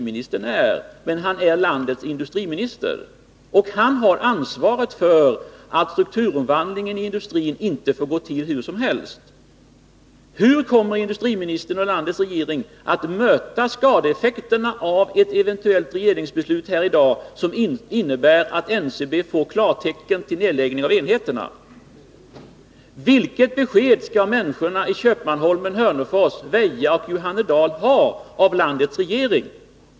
Men herr Åsling är landets industriminister, och han har ansvaret för att strukturomvandlingen i industrin inte går till hur som helst. Hur kommer industriministern och landets regering att möta skadeeffekterna av ett eventuellt beslut i dag som innebär att NCB får klartecken till nedläggning av enheterna? Vilket besked får människorna i Köpmanholmen, Hörnefors, Väja och Johannedal av landets regering?